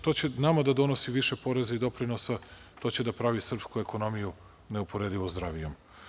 To će nama da donosi više poreza i doprinosa, to će da pravi srpsku ekonomiju neuporedivo zdravijom.